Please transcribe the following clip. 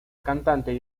cantante